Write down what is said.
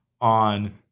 on